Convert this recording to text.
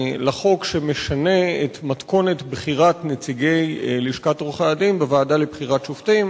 שמשנה את מתכונת בחירת נציגי לשכת עורכי-הדין בוועדה לבחירת שופטים.